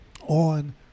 on